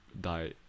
die